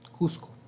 Cusco